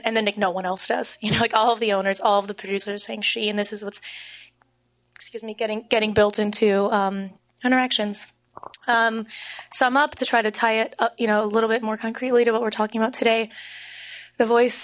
and then nick no one else does you know like all of the owners all of the producers saying she and this is what's excuse me getting getting built into interactions some up to try to tie it you know a little bit more concretely to what we're talking about today the voice